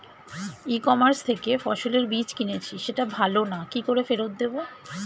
ই commerce থেকে ফসলের বীজ কিনেছি সেটা ভালো না কি করে ফেরত দেব?